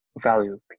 value